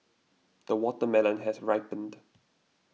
the watermelon has ripened